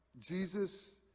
Jesus